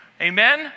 Amen